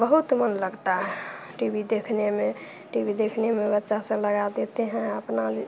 बहुत मन लगता टी वी देखने में टी वी देखने में बच्चा सब लगा देते हैं अपना जी